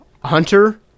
Hunter